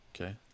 okay